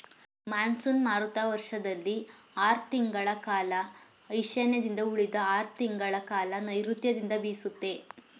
monsoon ಮಾರುತ ವರ್ಷದಲ್ಲಿ ಆರ್ ತಿಂಗಳ ಕಾಲ ಈಶಾನ್ಯದಿಂದ ಉಳಿದ ಆರ್ ತಿಂಗಳಕಾಲ ನೈರುತ್ಯದಿಂದ ಬೀಸುತ್ತೆ